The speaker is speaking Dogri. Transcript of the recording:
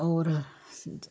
होर